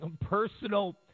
Personal